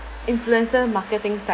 influencer marketing